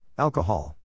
Alcohol